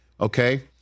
Okay